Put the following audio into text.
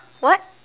what